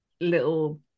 little